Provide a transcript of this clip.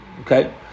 Okay